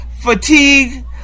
fatigue